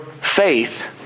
faith